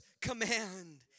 command